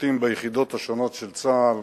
משרתים ביחידות השונות של צה"ל.